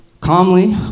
calmly